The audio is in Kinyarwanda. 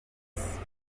siporo